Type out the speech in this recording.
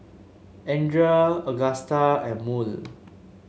Andrea Agusta and Murl